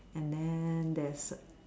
and then there is